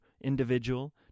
individual